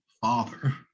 father